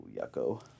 yucko